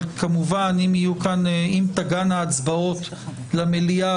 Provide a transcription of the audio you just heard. אבל אם תגענה הצבעות למליאה,